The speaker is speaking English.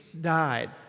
died